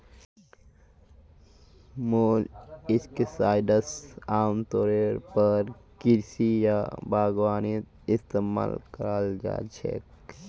molluscicides आमतौरेर पर कृषि या बागवानीत इस्तमाल कराल जा छेक